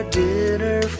dinner